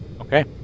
Okay